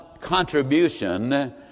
contribution